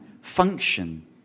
function